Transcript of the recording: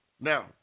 Now